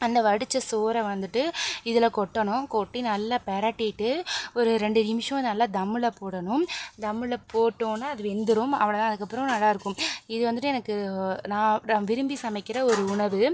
அந்த வடித்த சோறை வந்துட்டு இதில் கொட்டணும் கொட்டி நல்லா பிரட்டிட்டு ஒரு ரெண்டு நிமிஷம் நல்லா தம்மில் போடணும் தம்மில் போட்டோடொன்னே அது வெந்துடும் அவ்வளோதான் அதுக்கப்புறம் நல்லாயிருக்கும் இது வந்துட்டு எனக்கு நா ரம் விரும்பி சமைக்கிற ஒரு உணவு